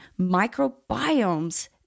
microbiomes